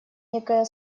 некое